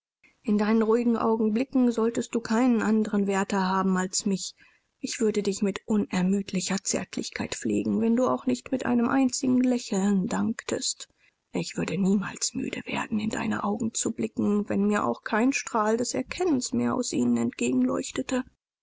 in deinen ruhigen augenblicken solltest du keinen anderen wärter haben als mich ich würde dich mit unermüdlicher zärtlichkeit pflegen wenn du auch nicht mit einem einzigen lächeln danktest ich würde niemals müde werden in deine augen zu blicken wenn mir auch kein strahl des erkennens mehr aus ihnen